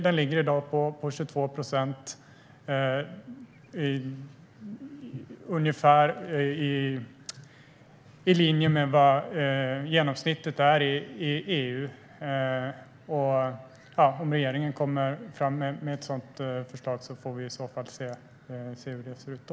Den ligger i dag på 22 procent, ungefär i linje med genomsnittet i EU. Om regeringen kommer fram med ett sådant förslag får vi se hur det ser ut då.